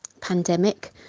pandemic